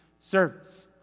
service